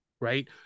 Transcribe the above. right